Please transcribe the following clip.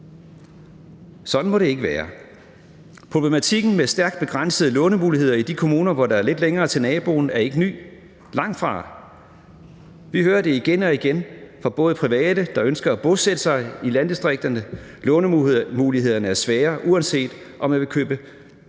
Sådan må det ikke være. Problematikken med stærkt begrænsede lånemuligheder i de kommuner, hvor der er lidt længere til naboen, er ikke ny – langtfra. Vi hører igen og igen, bl.a. fra private, der ønsker at bosætte sig i landdistrikterne, at lånemulighederne er svære, uanset om man vil købe